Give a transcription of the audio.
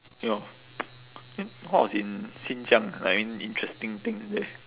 ya orh then what was in xinjiang like I mean interesting things there